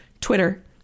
Twitter